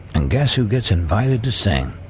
and guess who gets invited to sing?